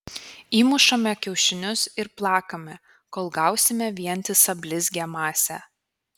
įmušame kiaušinius ir plakame kol gausime vientisą blizgią masę